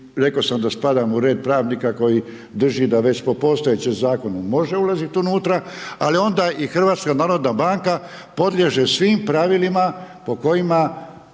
rekao sam da spadam u red pravnika koji drži da već po postojećem zakonu može ulaziti unutra ali onda i HNB podliježe svim pravilima po kojima,